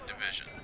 Division